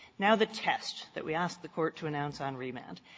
now, the test that we ask the court to announce on remand.